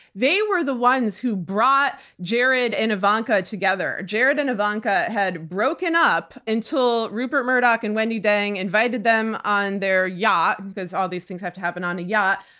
they were the ones who brought jared and ivanka together. jared and ivanka had broken up until rupert murdoch and wendi deng invited them on their yacht, because all these things have to happen on a yacht,